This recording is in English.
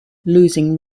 losing